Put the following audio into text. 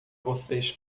vocês